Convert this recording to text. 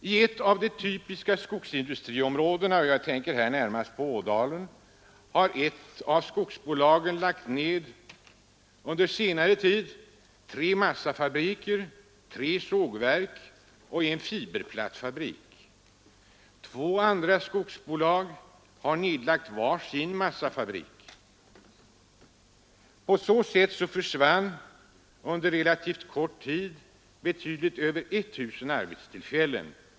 I ett typiskt skogsindustriområde — jag tänker här närmast på Ådalen — har ett av skogsbolagen under senare tid lagt ned tre massafabriker, tre sågverk och en fiberplattfabrik. Två andra skogsbolag har lagt ned var sin massafabrik. På så sätt försvann under relativt kort tid betydligt över 1000 arbetstillfällen.